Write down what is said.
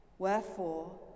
Wherefore